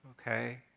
okay